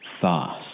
fast